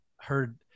heard